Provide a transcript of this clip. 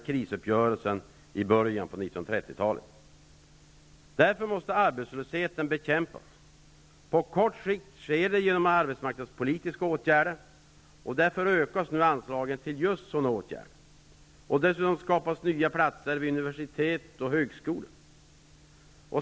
Arbetslösheten måste således bekämpas. På kort sikt sker det genom arbetsmarknadspolitiska åtgärder. Därför ökar nu anslagen till just sådana åtgärder. Dessutom skapas nya platser vid universitet och högskolor.